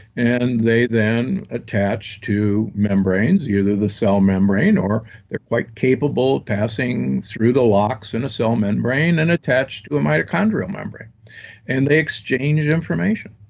and they then attach to membranes, either the cell membrane, or they're quite capable of passing through the a and cell membrane, and attach to a mitochondrial membrane and they exchange information.